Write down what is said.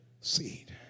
seed